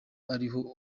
ariho